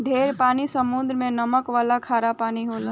ढेर पानी समुद्र मे नमक वाला खारा पानी होला